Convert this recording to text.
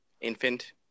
infant